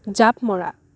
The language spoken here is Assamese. জাঁপ মৰা